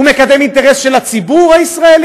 הוא מקדם אינטרס של הציבור הישראלי,